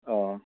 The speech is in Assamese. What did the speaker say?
অঁ